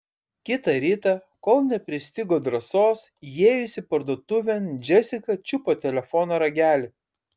kitą rytą kol nepristigo drąsos įėjusi parduotuvėn džesika čiupo telefono ragelį